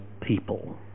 people